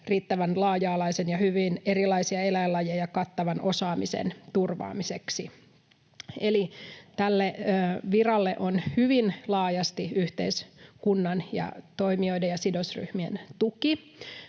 riittävän laaja-alaisen ja hyvin erilaisia eläinlajeja kattavan osaamisen turvaamiseksi. Eli tälle viralle on hyvin laajasti yhteiskunnan ja toimijoiden ja sidosryhmien tuki.